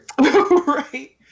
Right